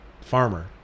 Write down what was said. farmer